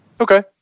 Okay